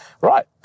right